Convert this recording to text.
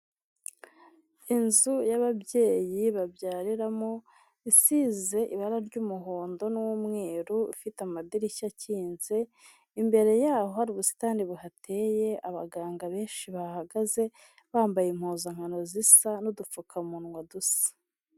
Inzu y'ababyeyi babyariramo, isize ibara ry'umuhondo n'umweru ifite amadirishya akinze, imbere yaho hari ubusitani buhateye abaganga benshi bahagaze bambaye impuzankano zisa n'udupfukamunwa dusa.